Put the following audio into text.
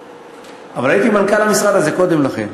אבל הייתי מנכ"ל המשרד הזה קודם לכן,